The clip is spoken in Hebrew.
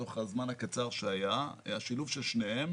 בתוך הזמן הקצר שהיה, השילוב של שניהם